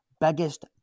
Biggest